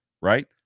right